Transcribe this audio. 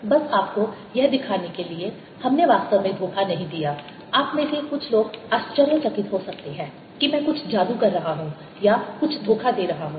बस आपको यह दिखाने के लिए हमने वास्तव में धोखा नहीं दिया आप में से कुछ लोग आश्चर्यचकित हो सकते हैं कि मैं कुछ जादू कर रहा हूं या कुछ धोखा दे रहा हूं